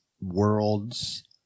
worlds